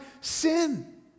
sin